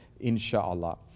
insha'Allah